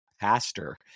pastor